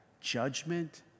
judgment